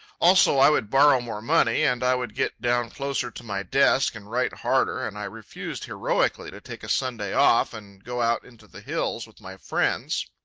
also, i would borrow more money, and i would get down closer to my desk and write harder, and i refused heroically to take a sunday off and go out into the hills with my friends.